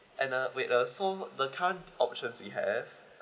and uh wait uh so the current options we have